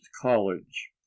college